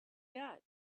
that